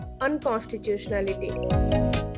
unconstitutionality